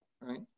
right